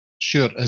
Sure